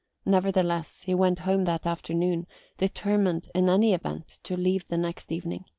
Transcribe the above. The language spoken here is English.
nevertheless, he went home that afternoon determined in any event to leave the next evening.